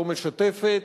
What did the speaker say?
לא משתפת.